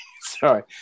Sorry